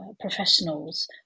professionals